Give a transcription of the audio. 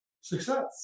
success